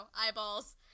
eyeballs